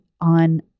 on